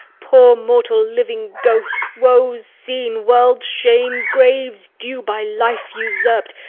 poor mortal living ghost, woe's scene, world's shame, grave's due by life usurp'd,